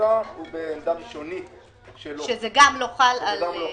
גם לא חל.